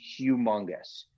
humongous